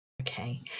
Okay